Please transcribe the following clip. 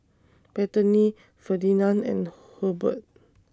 Bethany Ferdinand and Hurbert